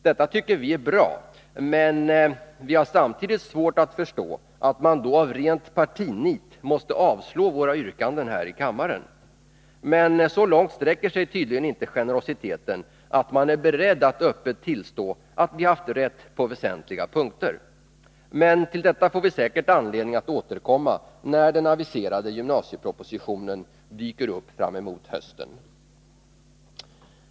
Detta tycker vi är bra, men vi har samtidigt svårt att förstå att man då i rent partinit måste avslå våra yrkanden här i kammaren. Så långt sträcker sig tydligen inte generositeten att man är beredd att öppet tillstå att vi haft rätt på väsentliga punkter. Men till detta får vi säkert anledning att återkomma när den aviserade gymnasiepropositionen dyker upp fram emot hösten.